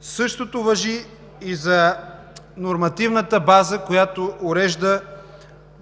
Същото важи и за нормативната база, която урежда